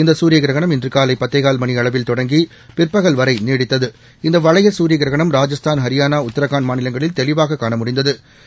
இந்த குரிய கிரகணம் இன்று காலை பத்தேகால் மணி அளவில் தொடங்கி பிற்பகல் வரை நீடித்தது இந்த வளைய குரிய கிரகணம் ராஜஸ்தான் ஹரியானா உத்ரகாண்ட் மாநிலங்களில் தெளிவாக காண முடிந்த்து